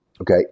Okay